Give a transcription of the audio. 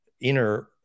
inner